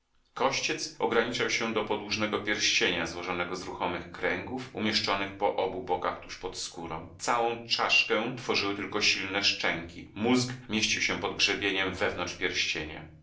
kościec ograniczał się do podłużnego pierścienia złożonego z ruchomych kręgów umieszczonych po obu bokach tuż pod skórą całą czaszkę tworzyły tylko silne szczęki mózg mieścił się pod grzbietem wewnątrz pierścienia